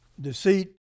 deceit